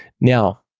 Now